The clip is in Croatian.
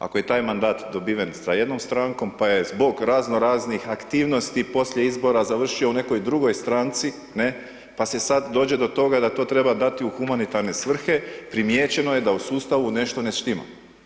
Ako je taj mandat dobiven sa jednom strankom, pa je zbog razno raznih aktivnosti poslije izbora završio u nekoj drugoj stranci, ne, pa se sad dođe do toga da to treba dati u humanitarne svrhe primijećeno je da u sustavu nešto ne štima.